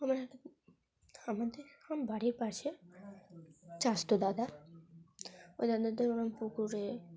আমার এক আমাদের আমার বাড়ির পাশে চাচাতো দাদা ওই দাদাদের ওরকম পুকুরে